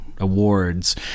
Awards